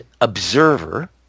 observer